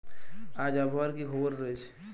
আজ আবহাওয়ার কি খবর রয়েছে?